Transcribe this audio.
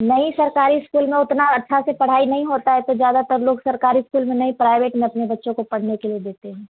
नहीं सरकारी स्कूल में उतनी अच्छी से पढ़ाई नहीं होती है तो ज़्यादातर लोग सरकारी स्कूल में नहीं प्राइवेट में अपने बच्चों को पढ़ने के लिए देते हैं